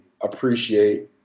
appreciate